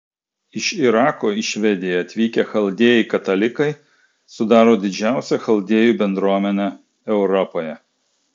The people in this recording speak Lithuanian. iš irako į švediją atvykę chaldėjai katalikai sudaro didžiausią chaldėjų bendruomenę europoje